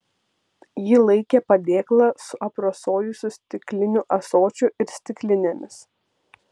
ji laikė padėklą su aprasojusiu stikliniu ąsočiu ir stiklinėmis